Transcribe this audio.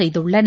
செய்துள்ளன